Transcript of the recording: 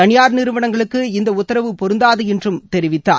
தனியார் நிறுவனங்களுக்கு இந்த உத்தரவு பொருந்தாது என்று தெரிவித்தார்